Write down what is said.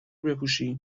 بپوشی